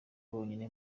bonyine